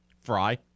Fry